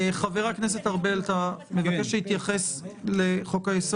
חבר הכנסת ארבל, אתה מבקש להתייחס לחוק-היסוד?